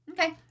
Okay